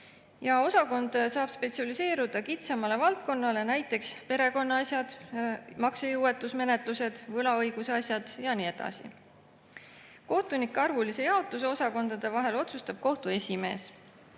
Osakond saab spetsialiseeruda kitsamale valdkonnale, näiteks perekonnaasjad, maksejõuetusmenetlused, võlaõiguse asjad jne. Kohtunike arvulise jaotuse osakondade vahel otsustab kohtu esimees.